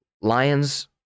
Lions